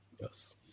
Yes